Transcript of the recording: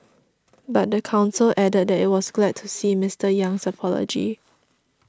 but the council added that it was glad to see Mister Yang's apology